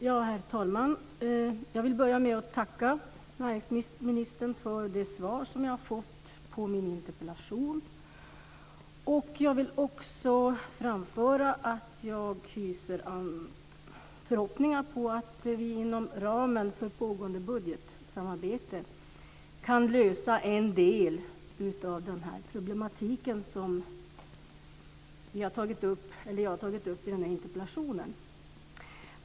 Herr talman! Jag vill börja med att tacka näringsministern för det svar som jag har fått på min interpellation. Jag vill också framföra att jag hyser förhoppningar om att vi inom ramen för det pågående budgetsamarbetet kan lösa en del av de problem som jag har tagit upp i interpellationen.